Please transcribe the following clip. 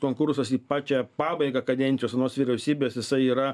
konkursas į pačią pabaigą kadencijos anos vyriausybės jisai yra